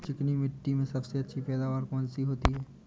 चिकनी मिट्टी में सबसे अच्छी पैदावार कौन सी होती हैं?